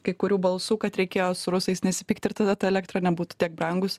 kai kurių balsų kad reikėjo su rusais nesipykt ir tada ta elektra nebūtų tiek brangus